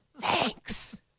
thanks